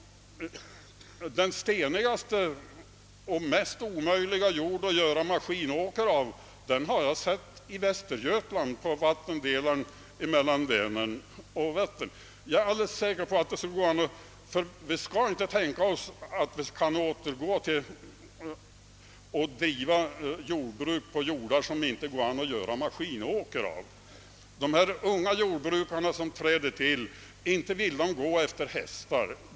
Den stenigaste och mest omöjliga jorden att göra maskinåker av har jag sett i Västergötland på vattendelaren mellan Vänern och Vättern. Jag är övertygad om att vi inte bör återgå till att bruka jordar som man inte kan göra maskinåker av. De unga jordbrukare som träder till vill inte gå efter hästar.